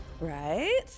Right